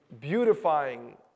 beautifying